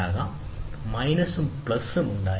നിങ്ങൾക്ക് മൈനസും പ്ലസും ഉണ്ടായിരിക്കാം